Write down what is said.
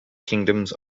kingdoms